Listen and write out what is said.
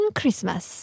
Christmas